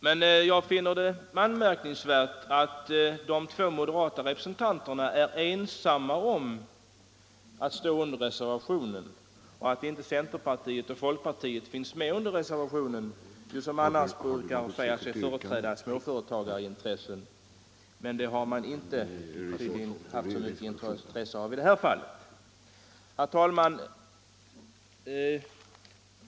Men jag finner det anmärkningsvärt att de två moderata representanterna är ensamma om reservationen och att inte representanterna för folkpartiet och centerpartiet finns med. Dessa båda partier säger sig annars företräda småföretagarintressen, men det har de inte visat i detta fall. Herr talman!